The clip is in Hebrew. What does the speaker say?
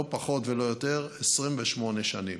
לא פחות ולא יותר, 28 שנים.